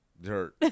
Dirt